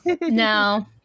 No